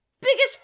biggest